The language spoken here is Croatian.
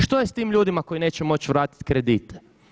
Što je s tim ljudima koji neće moći vratit kredit?